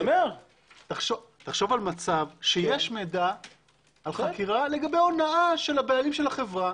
תחשוב על מצב שיש מידע על חקירה לגבי הונאה של הבעלים על החברה.